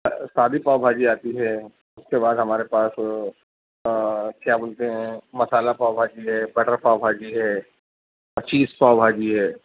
سادی پاؤ بھاجی آتی ہے اس کے بعد ہمارے پاس کیا بولتے ہیں مسالہ پاؤ بھاجی ہے بٹر پاؤ بھاجی ہے چیز پاؤ بھاجی ہے